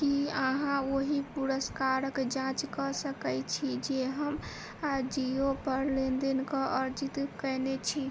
की अहाँ ओहि पुरस्कारक जाँच कऽ सकैत छी जे हम आजिओ पर लेनदेन कऽ अर्जित कयने छी